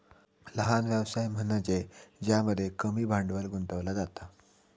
लहान व्यवसाय म्हनज्ये ज्यामध्ये कमी भांडवल गुंतवला जाता